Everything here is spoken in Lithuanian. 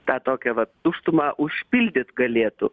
tą tokią va tuštumą užpildyt galėtų